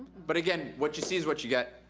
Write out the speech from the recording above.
but again, what ya see is what ya get.